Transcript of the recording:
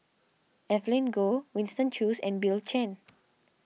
Evelyn Goh Winston Choos and Bill Chen